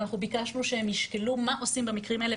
אנחנו ביקשנו שהם ישקלו מה עושים במקרים כאלה,